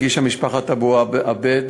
הגישה משפחת אבו עביד